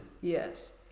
Yes